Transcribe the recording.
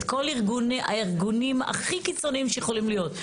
את כל הארגונים הכי קיצוניים שיכולים להיות.